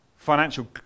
financial